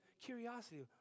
curiosity